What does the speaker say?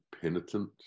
penitent